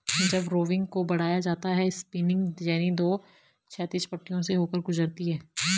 जब रोविंग को बढ़ाया जाता है स्पिनिंग जेनी दो क्षैतिज पट्टियों से होकर गुजरती है